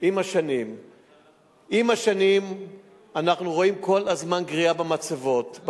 עם השנים אנחנו רואים כל הזמן גריעה במצבות,